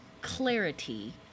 clarity